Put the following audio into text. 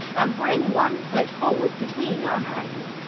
um bring one foot forward between our hands.